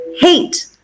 hate